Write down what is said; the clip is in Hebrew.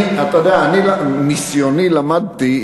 מניסיוני למדתי,